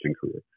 career